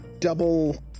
double